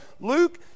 Luke